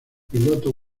piloto